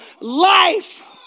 life